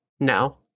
No